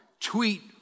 tweet